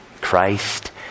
Christ